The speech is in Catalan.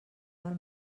del